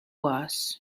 was